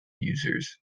users